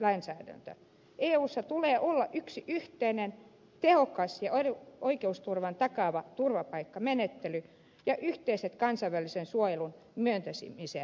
eussa tulee olla yksi yhteinen tehokas ja oikeusturvan takaava turvapaikkamenettely ja yhteiset kansainvälisen suojelun myöntämisen perusteet